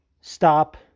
stop